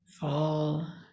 Fall